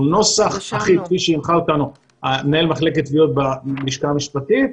נוסח כפי שהנחה אותנו מנהל מחלקת תביעות בלשכה המשפטית,